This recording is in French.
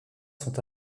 sont